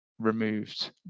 removed